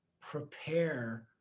prepare